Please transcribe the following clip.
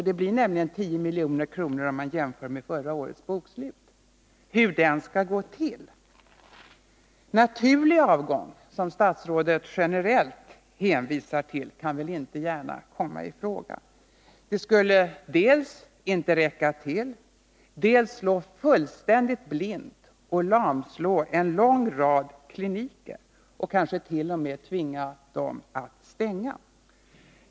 Summan blir nämligen 10 miljoner om man jämför med förra årets bokslut. Naturlig avgång, som statsrådet generellt hänvisar till, kan väl inte gärna komma i fråga. Det skulle dels inte räcka till, dels slå fullständigt blint och lamslå en lång rad kliniker; kanske t.o.m. tvinga dem att stänga.